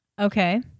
Okay